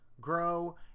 grow